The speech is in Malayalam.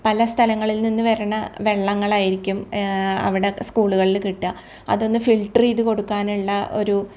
പല സ്ഥലങ്ങളിൽ നിന്ന് വരുന്ന വെള്ളങ്ങളായിരിക്കും അവിടെ സ്കൂളുകളിൽ കിട്ടുക അതൊന്ന് ഫിൽട്ടർ ചെയ്ത് കൊടുക്കാനുള്ള ഒരു